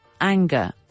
anger